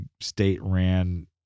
state-ran